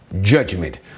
judgment